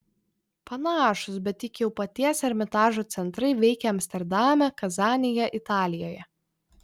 panašūs bet tik jau paties ermitažo centrai veikia amsterdame kazanėje italijoje